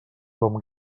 com